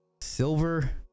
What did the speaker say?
Silver